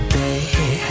day